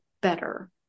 better